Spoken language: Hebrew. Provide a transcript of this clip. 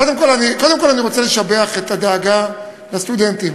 קודם כול, אני רוצה לשבח את הדאגה לסטודנטים.